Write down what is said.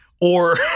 or-